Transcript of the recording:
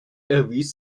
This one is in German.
erwies